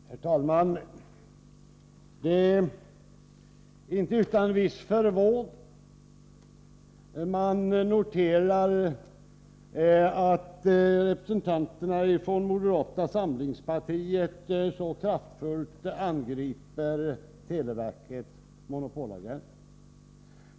Herr talman! Det är inte utan viss förvåning man noterar att moderata samlingspartiets representanter så kraftfullt angriper televerkets monopolavgränsning.